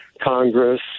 Congress